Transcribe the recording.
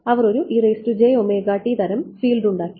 അവർ ഒരു തരം ഫീൽഡ് ഉണ്ടാക്കി